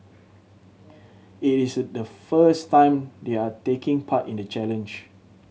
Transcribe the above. it is the first time they are taking part in the challenge